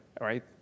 right